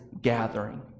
gathering